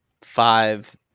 five